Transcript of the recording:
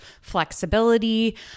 flexibility